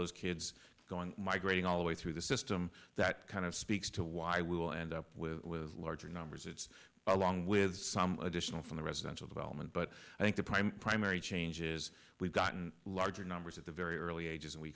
those kids going migrating all the way through the system that kind of speaks to why we will end up with larger numbers it's along with some additional from the residential development but i think the prime primary changes we've gotten larger numbers at the very early ages and we